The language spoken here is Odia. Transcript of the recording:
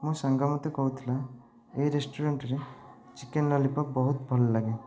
ମୋ ସାଙ୍ଗ ମୋତେ କହୁଥିଲା ଏଇ ରେଷ୍ଟୁରାଣ୍ଟରେ ଚିକେନ୍ ଲଲିପପ୍ ବହୁତ ଭଲ ଲାଗେ